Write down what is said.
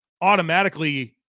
automatically